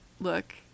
look